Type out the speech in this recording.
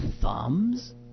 thumbs